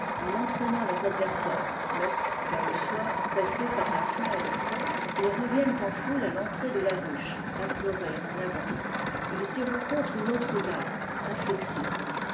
en entraînant leurs adversaires mais vers le soir pressés par la faim et le froid ils reviennent en foule à l'entrée de la ruche implorer un abri ils y rencontrent une autre garde inflexible